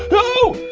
oh,